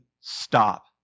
stop